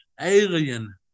alien